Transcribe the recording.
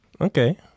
Okay